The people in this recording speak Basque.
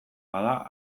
bada